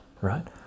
right